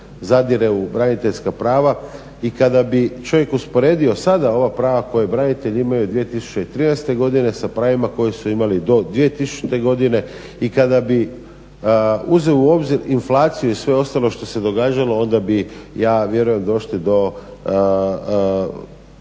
zadire u braniteljska prava i kada bi čovjek usporedio sada ova prava koja branitelji imaju 2013.godine sa pravima koje su imali do 2000.godine i kada bi uzeli u obzir inflaciju i sve ostalo što se događalo onda bi ja vjerujem došli do